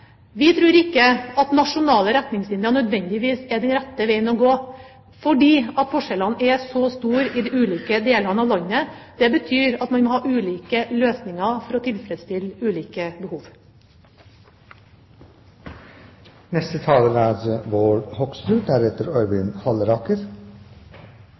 Vi tror ikke at nasjonale retningslinjer nødvendigvis er den rette veien å gå, fordi forskjellene er så store i de ulike delene av landet. Det betyr at man må ha ulike løsninger for å tilfredsstille ulike behov. Jeg har lyst til å starte med å si at jeg er